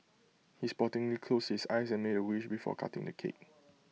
he sportingly closed his eyes and made A wish before cutting the cake